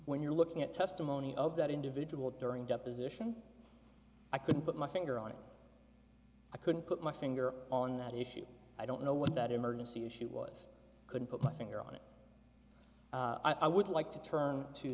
when you're looking at testimony of that individual during deposition i could put my finger on it i couldn't put my finger on that issue i don't know what that emergency issue was could put my finger on it i would like to turn to